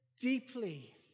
deeply